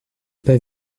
pas